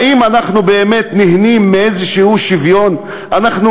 האם אנחנו באמת נהנים משוויון כלשהו?